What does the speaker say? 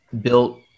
built